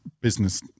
business